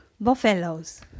buffaloes